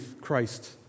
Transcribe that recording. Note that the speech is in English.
Christ